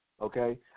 Okay